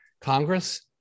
Congress